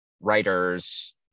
writers